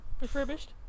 Refurbished